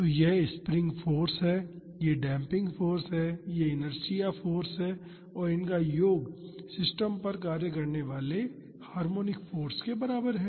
तो यह spring force है यह डेम्पिंग फाॅर्स है यह इनर्शिआ फाॅर्स है और इनका योग सिस्टम पर कार्य करने वाले हार्मोनिक फाॅर्स के बराबर है